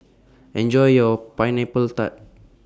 Enjoy your Pineapples Tart